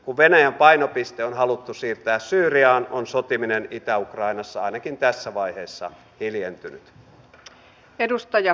kun venäjän painopiste on haluttu siirtää syyriaan on sotiminen itä ukrainassa ainakin tässä vaiheessa hiljentynyt